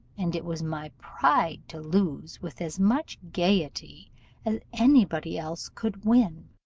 and it was my pride to lose with as much gaiety as any body else could win